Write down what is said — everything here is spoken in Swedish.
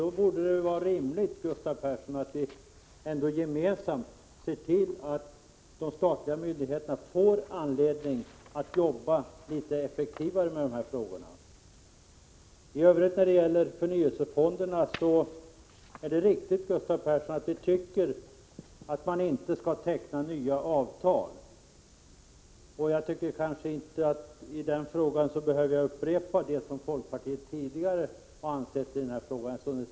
Då borde det vara rimligt, Gustav Persson, att gemensamt se till att de statliga myndigheterna får anledning att jobba litet effektivare med dessa frågor. Sedan något om förnyelsefonderna. Det är riktigt, Gustav Persson, att vi tycker att man inte skall teckna nya avtal. Jag anser mig inte behöva upprepa det som folkpartiet tidigare har sagt i den här frågan.